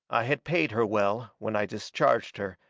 i had paid her well, when i discharged her,